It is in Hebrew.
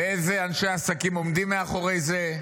ואיזה אנשי עסקים עומדים מאחורי זה,